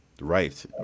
right